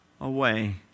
away